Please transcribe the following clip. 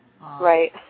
Right